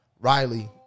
Riley